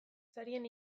sarien